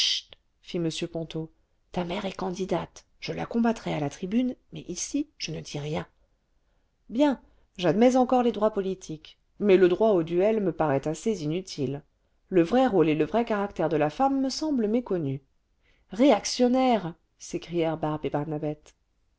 fit m ponto ta mère est candidate je la combattrai à la tribune mais ici je ne dis rien bien j'admets encore les droits politiques mais le droit au duel me paraît assez inutile le vrai rôle et le vrai caractère de la femme me semblent méconnus réactionnaire s'écrièrent barbe et